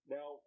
Now